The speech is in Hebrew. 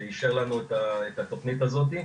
שאישר לנו את התכנית הזאת.